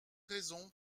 raison